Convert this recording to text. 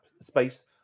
space